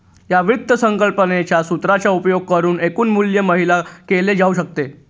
या वित्त संकल्पनेच्या सूत्राचा उपयोग करुन एकूण मूल्य माहित केले जाऊ शकते